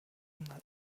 una